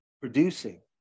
producing